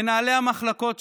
מנהלי המחלקות שם,